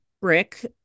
rick